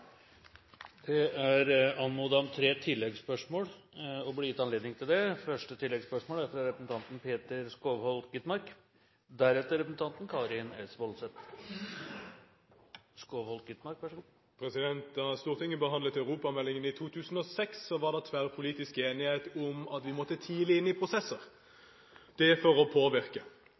Det blir gitt anledning til tre oppfølgingsspørsmål – først Peter Skovholt Gitmark. Da Stortinget behandlet europameldingen i 2006, var det tverrpolitisk enighet om at man måtte tidlig inn i prosesser – dette for å påvirke.